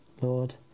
Lord